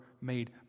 made